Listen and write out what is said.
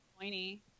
pointy